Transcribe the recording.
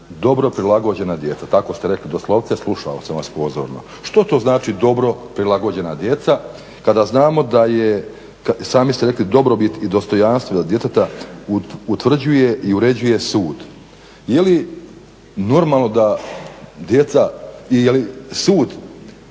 Dobro prilagođena djeca, tako ste rekli doslovce, slušao sam vas pozorno. Što to znači dobro prilagođena djeca kada znamo, sami ste rekli da dobrobit i dostojanstvo djeteta utvrđuje i uređuje sud. Je li normalno da djeca i je li sud